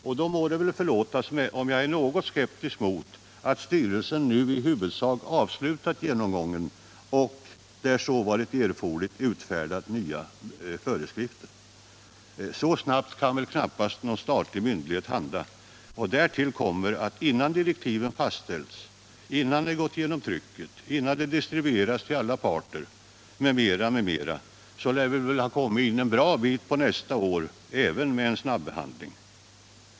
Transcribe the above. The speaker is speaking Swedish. Det må väl därför förlåtas mig om jag är något skeptisk mot att styrelsen nu i huvudsak avslutat genomgången och där så varit erforderligt utfärdat nya föreskrifter. Så snabbt kan väl knappast någon statlig myndighet handla. Därtill kommer att innan direktiven fastställts, innan de gått genom trycket och innan de distribuerats till alla parter m.m., lär vi väl ha kommit en bra bit in på nästa år, även med en snabbehandling.